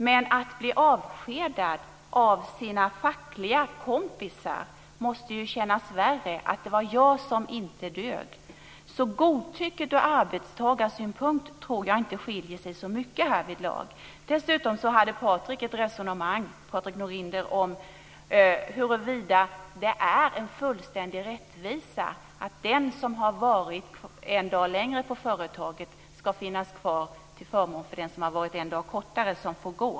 Men att bli avskedad av sina fackliga kompisar måste ju kännas värre och kännas som att man inte dög. Så godtycket från arbetstagarsynpunkt tror jag inte skiljer sig så mycket härvidlag. Dessutom förde Patrik Norinder ett resonemang om huruvida det är en fullständig rättvisa att den som har varit en dag längre på företaget får stanna kvar till förmån för den som har varit där en dag mindre och får gå.